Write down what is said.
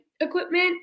equipment